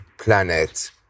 planet